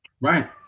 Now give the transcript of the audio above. right